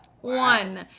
one